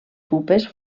pupes